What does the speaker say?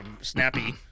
snappy